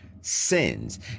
sins